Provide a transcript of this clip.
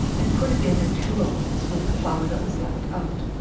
and put it in at two rollings with the flour that was left out.